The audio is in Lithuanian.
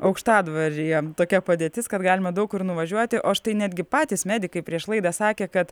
aukštadvaryje tokia padėtis kad galima daug kur nuvažiuoti o štai netgi patys medikai prieš laidą sakė kad